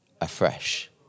afresh